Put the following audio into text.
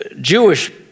Jewish